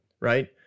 right